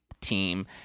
team